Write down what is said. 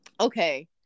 okay